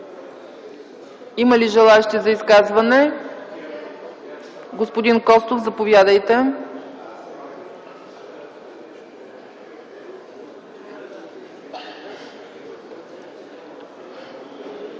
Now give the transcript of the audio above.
има ли желаещи за изказване? Господин Костов, заповядайте.